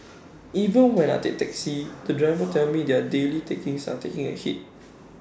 even when I take taxis the drivers tell me their daily takings are taking A hit